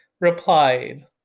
replied